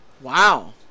Wow